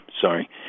Sorry